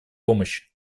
помощи